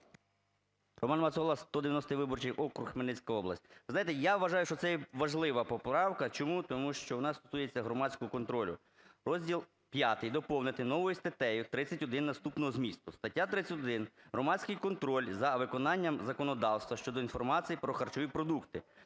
Роман Мацола, 190 виборчий округ, Хмельницька область. Ви знаєте, я вважаю, що це є важлива поправка. Чому? Тому що вона стосується громадського контролю. Розділ V доповнити новою статтею 31 наступного змісту: "Стаття 31. Громадський контроль за виконанням законодавства щодо інформації про харчові продукти.